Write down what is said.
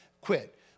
quit